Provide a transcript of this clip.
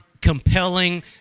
compelling